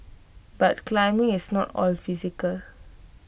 but climbing is not all physical